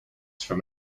from